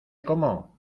cómo